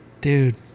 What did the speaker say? dude